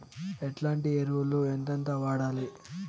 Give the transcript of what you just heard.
ఎట్లాంటి ఎరువులు ఎంతెంత వాడాలి?